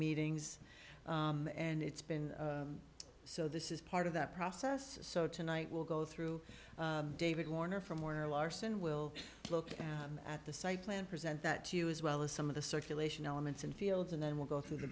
meetings and it's been so this is part of that process so tonight we'll go through david warner from warner larson will look at the site plan present that to you as well as some of the circulation elements and fields and then we'll go through the